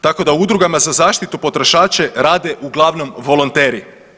Tako da udrugama za zaštitu potrošača rade uglavnom volonteri.